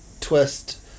Twist